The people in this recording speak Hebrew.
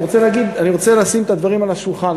אני רוצה לשים את הדברים על השולחן,